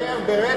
זה ייגמר ברצח,